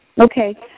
Okay